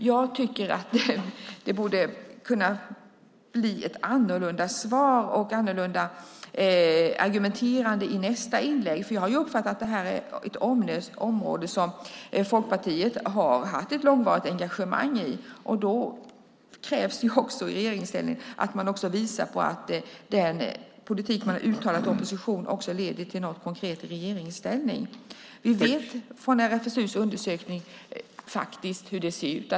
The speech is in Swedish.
Jag tycker att det borde kunna bli ett annorlunda svar och en annorlunda argumentation i nästa inlägg, för jag har uppfattat att det här är ett område som Folkpartiet har haft ett långvarigt engagemang i. Då krävs det att man i regeringsställning visar att den politik man uttalat i opposition också leder till något konkret i regeringsställning. Vi vet faktiskt, från RFSU:s undersökning, hur det ser ut.